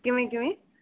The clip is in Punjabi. ਕਿਵੇਂ ਕਿਵੇਂ